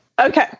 Okay